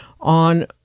on